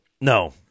No